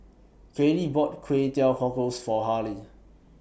Kaylee bought Kway Teow Cockles For Harley